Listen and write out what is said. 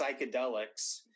psychedelics